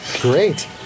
great